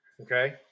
okay